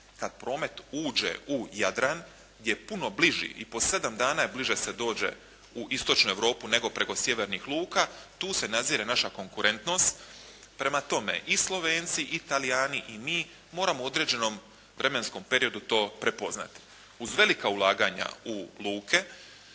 kad promet uđe u Jadran gdje je puno bliži i po sedam dana bliže se dođe u istočnu Europu nego preko sjevernih luka tu se nazire naša konkurentnost. Prema tome i Slovenci i Talijani i mi moramo u određenom vremenskom periodu to prepoznati. Uz velika ulaganja u luke